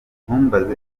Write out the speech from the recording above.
ntumbaze